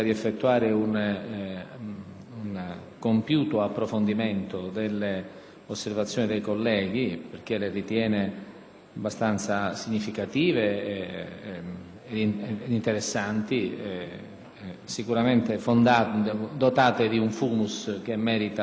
un compiuto approfondimento delle osservazioni dei colleghi perché le ritiene significative e interessanti, sicuramente dotate di un *fumus* che merita un'attenta analisi.